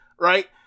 Right